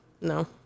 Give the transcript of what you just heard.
No